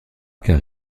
car